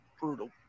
Brutal